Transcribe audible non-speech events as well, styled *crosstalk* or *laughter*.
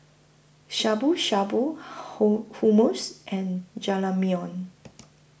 Shabu Shabu *unintelligible* Hummus and Jajangmyeon